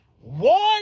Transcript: one